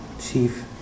Chief